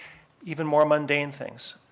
even more mundane things.